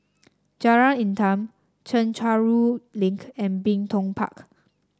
Jalan Intan Chencharu Link and Bin Tong Park